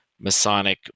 Masonic